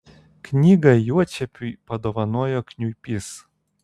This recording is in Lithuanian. knygą juočepiui padovanojo kniuipys